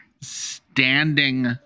Standing